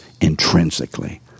intrinsically